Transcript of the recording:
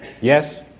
Yes